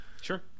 Sure